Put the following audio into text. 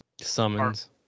summons